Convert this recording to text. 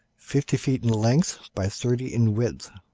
fifty feet in length by thirty in width.